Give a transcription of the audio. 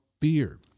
fear